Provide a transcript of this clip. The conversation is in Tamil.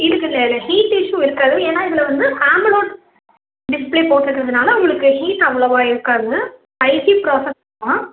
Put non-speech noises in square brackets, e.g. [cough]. இருக்குது அது ஹீட் இஷ்யூ இருக்காது ஏன்னா இதில் வந்து ஆமலோட் டிஸ்ப்ளே போட்டுருக்கறதுனால உங்களுக்கு ஹீட் அவ்வளவாக இருக்காதுங்க ஹை ஹீட் [unintelligible]